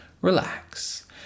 relax